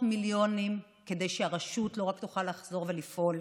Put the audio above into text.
מיליונים כדי שהרשות לא רק תוכל לחזור ולפעול,